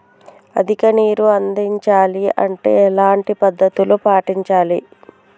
అధిక నీరు అందించాలి అంటే ఎలాంటి పద్ధతులు పాటించాలి?